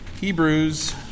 Hebrews